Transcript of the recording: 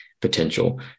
potential